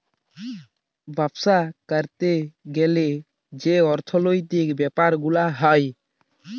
বাপ্সা ক্যরতে গ্যালে যে অর্থলৈতিক ব্যাপার গুলা হ্যয়